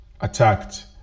attacked